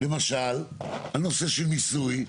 למשל הנושא של מיסוי,